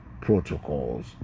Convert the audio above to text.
protocols